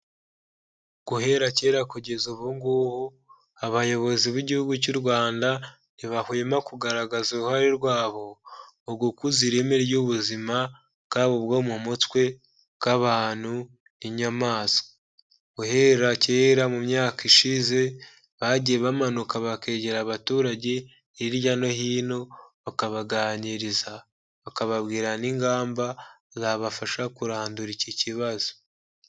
Guhera kera kugeza ubu ngubu abayobozi b'igihugu cy'u Rwanda ntibahwema kugaragaza uruhare rwabo mu gukuza ireme ry'ubuzima bwaba ubwo mu mutwe bw'abantu n'inyamaswa guhera kera mu myaka ishize bagiye bamanuka bakegera abaturage hirya no hino bakabaganiriza bakababwira n'ingamba zabafasha kurandura iki kibazo.